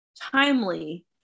timely